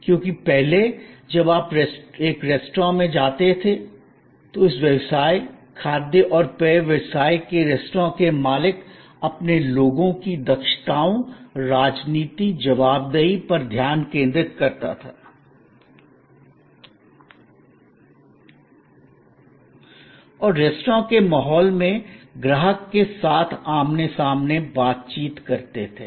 क्योंकि पहले जब आप एक रेस्तरां में जाते थे तो उस व्यवसाय खाद्य और पेय व्यवसाय के रेस्तरां के मालिक अपने लोगों की दक्षताओं राजनीति जवाबदेही पर ध्यान केंद्रित करते थे और रेस्तरां के माहौल में ग्राहक के साथ आमने सामने बातचीत करते थे